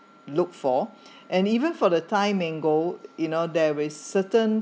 look for and even for the thai mango you know there is certain